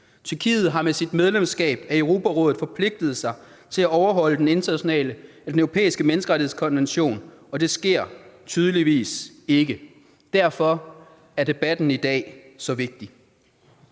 Tyrkiet har med sit medlemskab af Europarådet forpligtet sig til at overholde den internationale og den europæiske menneskerettighedskonvention, og det sker tydeligvis ikke. Derfor er debatten i dag så vigtig.